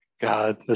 God